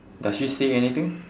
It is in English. does she say anything